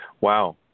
Wow